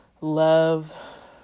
love